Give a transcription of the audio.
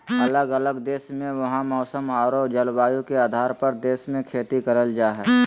अलग अलग देश मे वहां के मौसम आरो जलवायु के आधार पर देश मे खेती करल जा हय